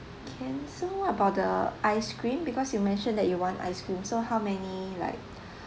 can so about the ice cream because you mentioned that you want ice cream so how many like